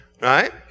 right